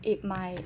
it might